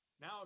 now